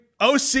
OC